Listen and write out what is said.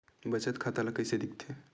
बचत खाता ला कइसे दिखथे?